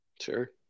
Sure